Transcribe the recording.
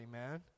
amen